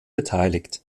beteiligt